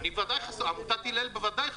עמותת הילל בוודאי חסומה.